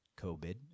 COVID